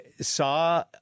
saw